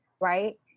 right